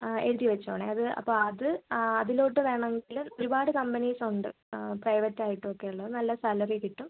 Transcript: എഴുതി വച്ചോണേ അത് അപ്പോൾ അത് ആ അതിലോട്ട് വേണമെങ്കിൽ ഒരുപാട് കമ്പനീസ് ഉണ്ട് പ്രൈവറ്റ് ആയിട്ടും ഒക്കെ ഉള്ളത് അത് നല്ല സാലറി കിട്ടും